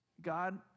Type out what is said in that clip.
God